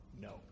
No